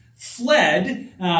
fled